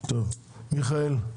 מיכאל.